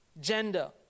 gender